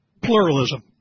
pluralism